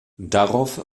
darauf